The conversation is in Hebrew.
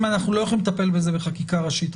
אם אנחנו לא יכולים לטפל בזה בחקיקה ראשית,